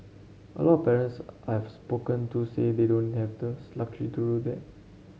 a lot of parents I have spoken to say they don't have the luxury to do that